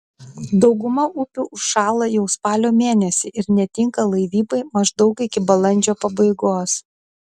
dauguma upių užšąla jau spalio mėnesį ir netinka laivybai maždaug iki balandžio pabaigos